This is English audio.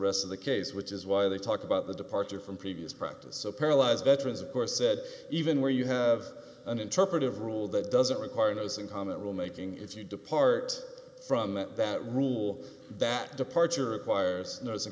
rest of the case which is why they talk about the departure from previous practice so paralyzed veterans of course said even where you have an interpretive rule that doesn't require those in combat rule making if you depart from that rule that departure requires